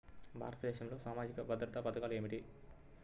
భారతదేశంలో సామాజిక భద్రతా పథకాలు ఏమిటీ?